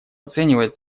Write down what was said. оценивает